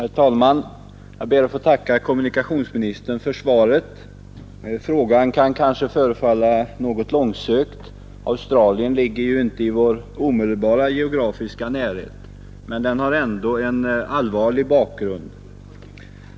Herr talman! Jag ber att få tacka kommunikationsministern för svaret. Frågan kan kanske förefalla något långsökt — Australien ligger ju inte i vår omedelbara geografiska närhet — men den har ändå en allvarlig bakgrund.